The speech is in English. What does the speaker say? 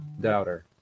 doubter